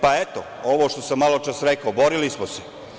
Pa eto, ovo što sam maločas rekao, borili smo se.